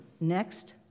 Next